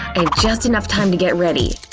and just enough time to get ready.